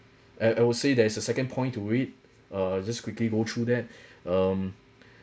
I I would say there is a second point to it uh just quickly go through that um